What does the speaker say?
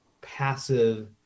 passive